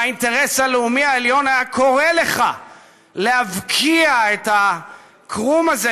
והאינטרס הלאומי העליון היה קורא לך להבקיע את הקרום הזה,